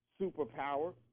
superpower